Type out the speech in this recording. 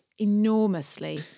enormously